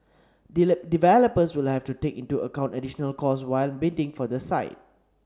developers will have to take into account additional costs when bidding for the site